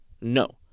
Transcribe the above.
no